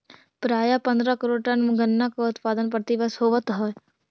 प्रायः पंद्रह करोड़ टन गन्ना का उत्पादन प्रतिवर्ष होवत है